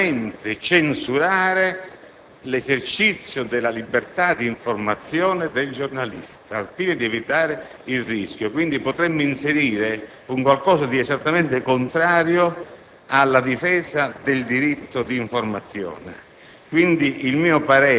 il riferimento all'articolo 684 del codice penale che riguarda la pubblicazione di atti di un procedimento penale. Penso che vi sia francamente un bisticcio tra la norma che si intende inserire